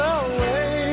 away